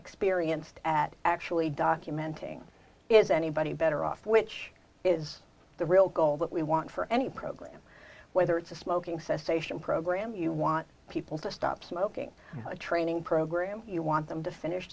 experienced at actually documenting is anybody better off which is the real goal that we want for any program whether it's a smoking cessation program you want people to stop smoking a training program you want them to finish